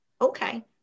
Okay